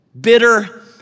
bitter